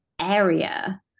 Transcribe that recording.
area